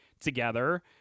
together